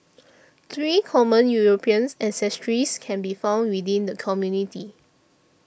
three common European ancestries can be found within the community